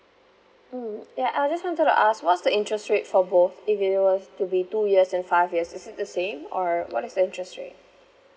mm ya I just wanted to ask what's the interest rate for both if it was to be two years and five years is it the same or what is the interest rate